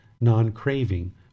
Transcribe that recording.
non-craving